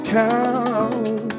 count